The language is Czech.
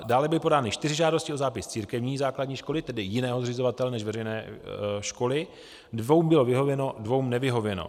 Dále byly podány 4 žádosti o zápis církevní základní školy, tedy jiného zřizovatele než veřejné školy, dvěma bylo vyhověno, dvěma nevyhověno.